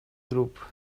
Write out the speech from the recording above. group